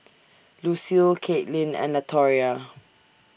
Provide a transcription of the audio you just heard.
Lucile Caitlyn and Latoria